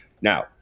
now